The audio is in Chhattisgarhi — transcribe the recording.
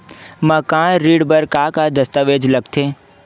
मकान ऋण बर का का दस्तावेज लगथे?